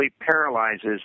paralyzes